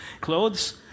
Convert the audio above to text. clothes